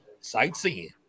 sightseeing